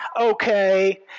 okay